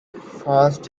first